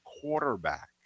quarterback